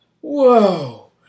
Whoa